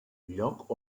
lloc